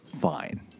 fine